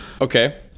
Okay